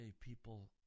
people